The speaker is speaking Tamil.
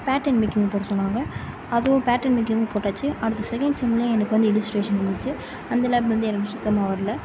பேட்டன் மேக்கிங் போட சொன்னாங்க அதுவும் பேட்டன் மேக்கிங் போட்டாச்சு அடுத்து செகண்ட் செம்லேயும் எனக்கு வந்து இல்லுஸ்ட்ரேஷன் வந்துச்சு அந்த லேப் வந்து எனக்கு சுத்தமாக வரல